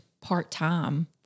part-time